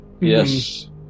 Yes